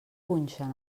punxen